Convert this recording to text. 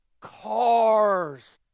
cars